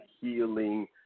healing